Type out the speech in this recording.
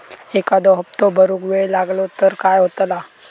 एखादो हप्तो भरुक वेळ लागलो तर काय होतला?